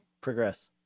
progress